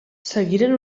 seguiren